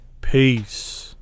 Peace